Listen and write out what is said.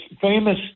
famous